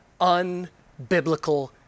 unbiblical